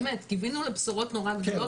באמת, קיווינו לבשורות נורא גדולות.